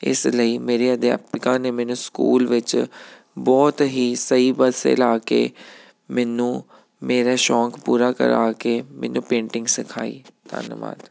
ਇਸ ਲਈ ਮੇਰੇ ਅਧਿਆਪਿਕਾ ਨੇ ਮੈਨੂੰ ਸਕੂਲ ਵਿੱਚ ਬਹੁਤ ਹੀ ਸਹੀ ਪਾਸੇ ਲਾ ਕੇ ਮੈਨੂੰ ਮੇਰਾ ਸ਼ੌਕ ਪੂਰਾ ਕਰਾ ਕੇ ਮੈਨੂੰ ਪੇਂਟਿੰਗ ਸਿਖਾਈ ਧੰਨਵਾਦ